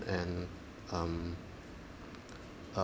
and um